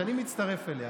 שאני מצטרף אליה,